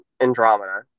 Andromeda